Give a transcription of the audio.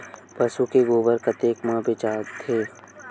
पशु के गोबर कतेक म बेचाथे?